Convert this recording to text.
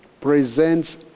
presents